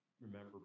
remember